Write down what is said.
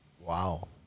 Wow